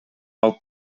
алып